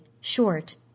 short